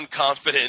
unconfident